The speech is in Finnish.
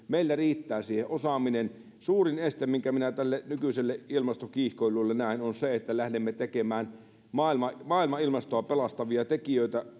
meillä riittää siihen osaaminen suurin este minkä minä tälle nykyiselle ilmastokiihkoilulle näen on se että lähdemme tekemään maailman maailman ilmastoa pelastavia tekoja